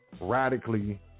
radically